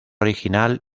original